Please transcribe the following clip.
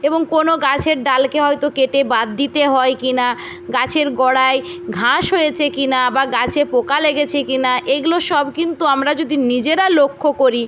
এবং কোনো গাছের ডালকে হয়তো কেটে বাদ দিতে হয় কি না গাছের গোড়ায় ঘাস হয়েছে কি না বা গাছে পোকা লেগেছে কি না এইগুলো সব কিন্তু আমরা যদি নিজেরা লক্ষ্য করি